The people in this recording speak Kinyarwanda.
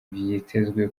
vyitezwe